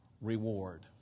reward